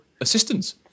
assistance